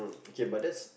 okay but that's